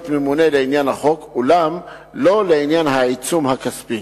ממונה לעניין החוק אולם לא לעניין העיצום הכספי.